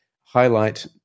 highlight